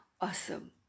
awesome